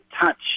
touch